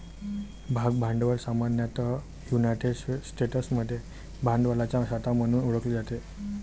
भाग भांडवल सामान्यतः युनायटेड स्टेट्समध्ये भांडवलाचा साठा म्हणून ओळखले जाते